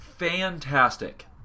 fantastic